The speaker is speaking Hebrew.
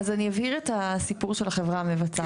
אז אני אבהיר את הסיפור של חברה מבצעת.